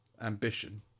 ambition